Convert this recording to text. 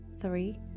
three